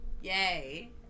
Yay